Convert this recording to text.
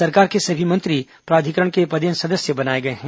सरकार के सभी मंत्री प्राधिकरण के पदेन सदस्य बनाए गए हैं